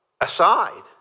aside